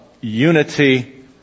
unity